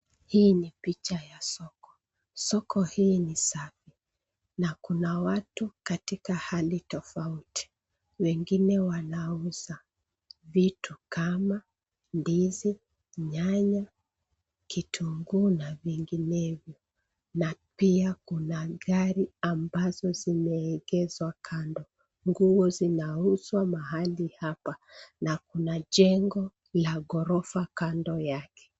Hii ni picha ya soko. Soko hii ni safi na kuna watu katika hali tofauti, wengine wanauza vitu kama ndizi, nyanya, kitunguu na vinginevyo na pia kuna gari ambazo zimeegezwa kando. Nguo zinauzwa mahali hapa na kuna jengo la ghorofa kando yake.